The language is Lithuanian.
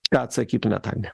ką atsakytumėt agne